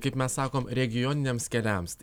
kaip mes sakom regioniniams keliams